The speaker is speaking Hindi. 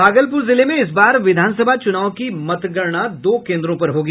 भागलपुर जिले में इस बार विधानसभा चुनाव की मतगणना दो केन्द्रों पर होगी